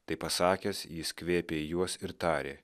tai pasakęs jis kvėpė juos ir tarė